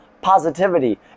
positivity